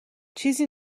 چیزی